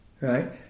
Right